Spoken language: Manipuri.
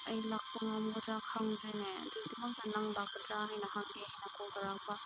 ꯑꯩ ꯂꯥꯛꯄ ꯉꯝꯒꯗ꯭ꯔꯥ ꯈꯪꯗ꯭ꯔꯦꯅꯦ ꯑꯗꯨꯒꯤꯗꯃꯛꯇ ꯅꯪ ꯂꯥꯛꯀꯗ꯭ꯔꯥ ꯍꯥꯏꯅ ꯍꯪꯒꯦ ꯍꯥꯏꯅ ꯀꯣꯜ ꯇꯧꯔꯛꯄ